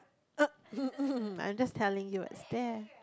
uh mm mm I'm just telling you it's there